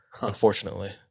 unfortunately